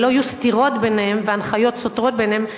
ולא יהיו סתירות ביניהם והנחיות סותרות ביניהם,